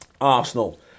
Arsenal